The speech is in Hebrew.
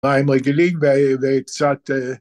‫מהם רגילים וקצת...